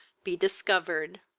be discovered!